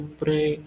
pray